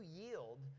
yield